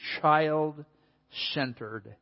child-centered